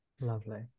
lovely